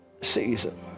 season